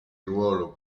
ruolo